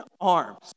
arms